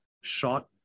shot